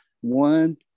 one